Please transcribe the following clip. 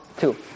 two